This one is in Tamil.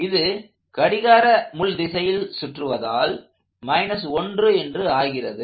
இது கடிகார திசையில் சுற்றுவதால் 1 என்று ஆகிறது